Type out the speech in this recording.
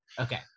okay